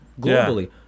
globally